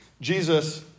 Jesus